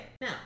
Now